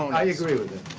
i grew with that.